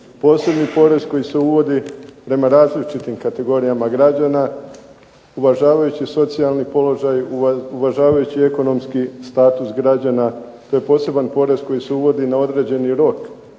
posebni porez koji se uvodi prema različitim kategorijama građana uvažavajući socijalni položaj, uvažavajući ekonomski status građana. To je poseban porez koji se uvodi na određeni rok,